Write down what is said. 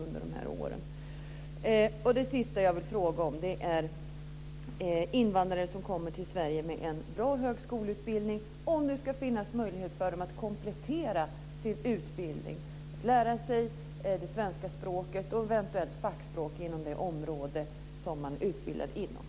Ska det finnas en möjlighet för invandrare som kommer till Sverige med en bra högskoleutbildning att komplettera sin utbildning, att lära sig det svenska språket och eventuellt fackspråk inom det område de har utbildning?